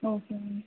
okay ma'am